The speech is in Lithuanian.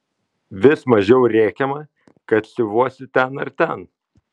vis mažiau rėkiama kad siuvuosi ten ar ten